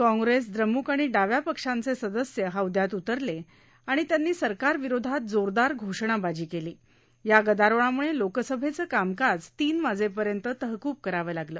काँग्रेस द्रम्क आणि डाव्या पक्षांचे सदस्य हौद्यात उतरले आणि त्यांनी सरकारविरोधात जोरदार घोषणाबाजी केली या गदारोळामुळे लोकसभेचं कामकाज तीन वाजेपर्यंत तहकूब करावं लागलं